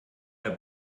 der